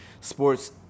sports